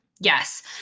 Yes